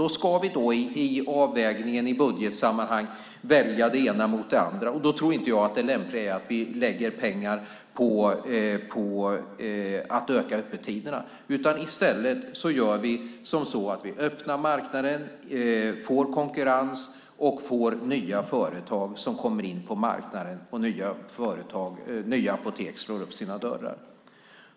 I avvägningen i budgetsammanhang ska man då välja det ena eller det andra. Då tror inte jag att det lämpliga är att vi lägger pengar på att öka öppettiderna. I stället öppnar vi marknaden, får konkurrens och får nya företag som kommer in på marknaden. Nya apotek slår upp sina dörrar.